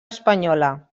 espanyola